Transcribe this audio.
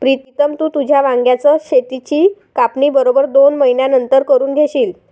प्रीतम, तू तुझ्या वांग्याच शेताची कापणी बरोबर दोन महिन्यांनंतर करून घेशील